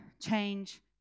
change